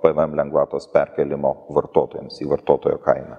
pvm lengvatos perkėlimo vartotojams į vartotojo kainą